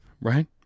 right